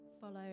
follow